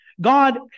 God